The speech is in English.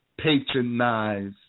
patronize